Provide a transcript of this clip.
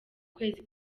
kwezi